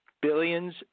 billions